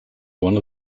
one